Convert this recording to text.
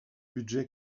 budget